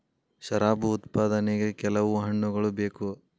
ಶರಾಬು ಉತ್ಪಾದನೆಗೆ ಕೆಲವು ಹಣ್ಣುಗಳ ಬೇಕು